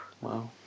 Wow